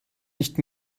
nicht